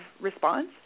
response